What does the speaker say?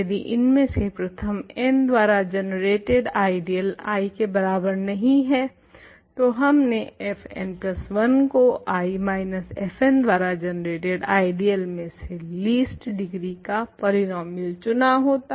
यदि इनमें से प्रथम n द्वारा जनरेटेड आइडियल I के बराबर नहीं है तो हमने f n1 को I माइनस fn द्वारा जनरेटेड आइडियल में से लीस्ट डिग्री का पोलिनोमीयल चुना होता